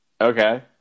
okay